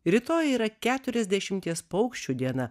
rytoj yra keturiasdešimties paukščių diena